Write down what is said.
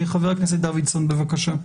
חבר הכנסת דוידסון, בבקשה.